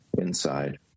inside